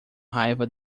raiva